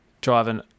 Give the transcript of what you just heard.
driving